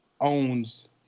owns